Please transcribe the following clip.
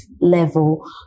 level